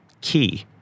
Key